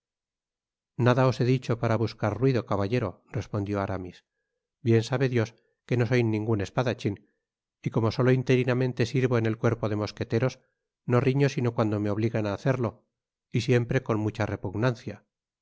nada os he dicho para buscar ruido caballero respondió aramis bien sabe dios que no soy ningun espadachín y como solo interinamente sirvo en el cuerpo de mosqueteros no riño sino cuando me obligan á hacerlo y siempre con mucha repugnancia